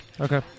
Okay